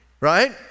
right